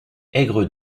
aigre